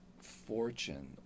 fortune